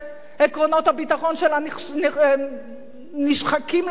עקרונות הביטחון שלה נשחקים לדק.